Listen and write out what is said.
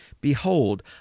Behold